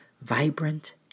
vibrant